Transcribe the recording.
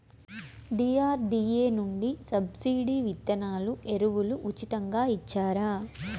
DRDA నుండి subsidy విత్తనాలు ఎరువులు ఉచితంగా ఇచ్చారా?